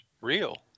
real